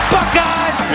Buckeyes